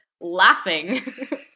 laughing